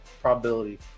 probability